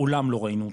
מעולם לא ראינו אותה,